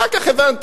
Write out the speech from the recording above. אחר כך הבנתי,